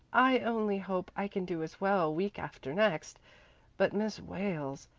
i only hope i can do as well week after next but miss wales,